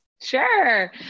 Sure